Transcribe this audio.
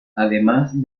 además